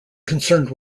concerned